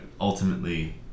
ultimately